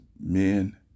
men